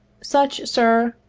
such, sir,